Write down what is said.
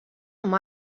amb